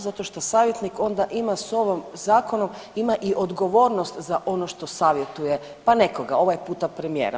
Zato što savjetnik onda ima s ovom, zakonom ima i odgovornost za ono što savjetuje pa nekoga, ovaj puta premijera.